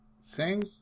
sing